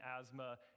asthma